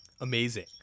Amazing